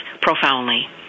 profoundly